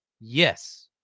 Yes